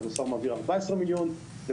לכדורסל הוא מעביר 14 מיליון שקלים,